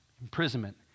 imprisonment